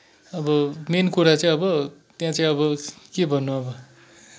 अब मेन कुरा चाहिँ अब त्यहाँ चाहिँ अब के भन्नु अब